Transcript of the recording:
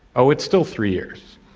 oh, it's still three years.